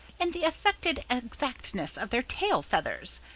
and the affected exactness of their tail feathers!